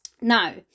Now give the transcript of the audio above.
now